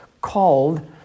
called